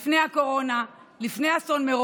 בבקשה, אדוני.